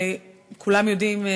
וכולם יודעים,